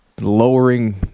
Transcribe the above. lowering